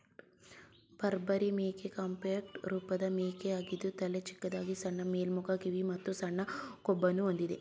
ಬಾರ್ಬರಿ ಮೇಕೆ ಕಾಂಪ್ಯಾಕ್ಟ್ ರೂಪದ ಮೇಕೆಯಾಗಿದ್ದು ತಲೆ ಚಿಕ್ಕದಾಗಿ ಸಣ್ಣ ಮೇಲ್ಮುಖ ಕಿವಿ ಮತ್ತು ಸಣ್ಣ ಕೊಂಬನ್ನು ಹೊಂದಿದೆ